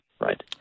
right